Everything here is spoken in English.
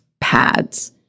pads